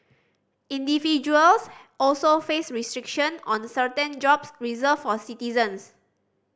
individuals also face restriction on certain jobs reserved for citizens